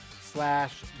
slash